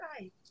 right